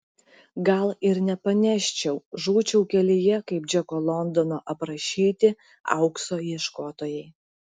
gal ir nepaneščiau žūčiau kelyje kaip džeko londono aprašyti aukso ieškotojai